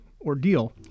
ordeal